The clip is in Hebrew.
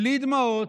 בלי דמעות,